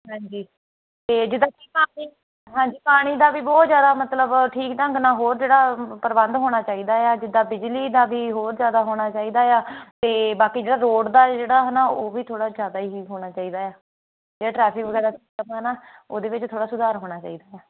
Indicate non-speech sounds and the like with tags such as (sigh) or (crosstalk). ਹਾਂਜੀ ਅਤੇ ਜਿੱਦਾਂ ਕਿ ਪਾਣੀ ਹਾਂਜੀ ਪਾਣੀ ਦਾ ਵੀ ਬਹੁਤ ਜ਼ਿਆਦਾ ਮਤਲਬ ਠੀਕ ਢੰਗ ਨਾਲ ਹੋਰ ਜਿਹੜਾ ਪ੍ਰਬੰਧ ਹੋਣਾ ਚਾਹੀਦਾ ਆ ਜਿੱਦਾਂ ਬਿਜਲੀ ਦਾ ਵੀ ਹੋਰ ਜ਼ਿਆਦਾ ਹੋਣਾ ਚਾਹੀਦਾ ਆ ਅਤੇ ਬਾਕੀ ਜਿਹੜਾ ਰੋਡ ਦਾ ਜਿਹੜਾ ਹੈ ਨਾ ਉਹ ਵੀ ਥੋੜ੍ਹਾ ਜ਼ਿਆਦਾ ਹੀ ਨਹੀਂ ਹੋਣਾ ਚਾਹੀਦਾ ਆ ਜਿਹੜਾ ਟਰੈਫਿਕ ਵਗੈਰਾ (unintelligible) ਹੈ ਨਾ ਉਹਦੇ ਵਿੱਚ ਥੋੜ੍ਹਾ ਸੁਧਾਰ ਹੋਣਾ ਚਾਹੀਦਾ ਆ